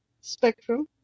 spectrum